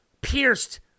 pierced